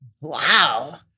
Wow